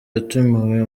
yatumiwe